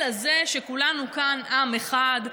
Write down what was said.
אלא כולנו כאן עם אחד,